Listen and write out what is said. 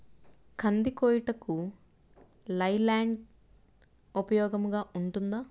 కంది కోయుటకు లై ల్యాండ్ ఉపయోగముగా ఉంటుందా?